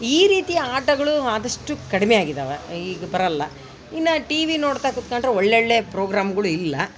ಈ ರೀತಿಯ ಆಟಗಳು ಆದಷ್ಟು ಕಡಿಮೆ ಆಗಿದ್ದಾವೆ ಈಗ ಬರೋಲ್ಲ ಇನ್ನು ಟಿ ವಿ ನೋಡ್ತಾ ಕೂತ್ಕೊಂಡ್ರೆ ಒಳ್ಳೊಳ್ಳೇ ಪ್ರೋಗ್ರಾಮ್ಗಳು ಇಲ್ಲ